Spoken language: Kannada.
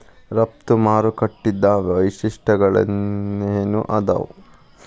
ರಫ್ತು ಮಾರುಕಟ್ಟಿದ್ ವೈಶಿಷ್ಟ್ಯಗಳೇನೇನ್ ಆದಾವು?